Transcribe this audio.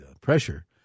pressure